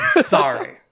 sorry